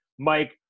Mike